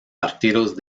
partidos